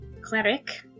cleric